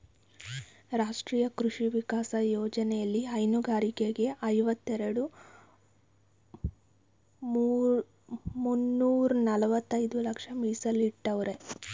ರಾಷ್ಟ್ರೀಯ ಕೃಷಿ ವಿಕಾಸ ಯೋಜ್ನೆಲಿ ಹೈನುಗಾರರಿಗೆ ಐವತ್ತೆರೆಡ್ ಮುನ್ನೂರ್ನಲವತ್ತೈದು ಲಕ್ಷ ಮೀಸಲಿಟ್ಟವ್ರೆ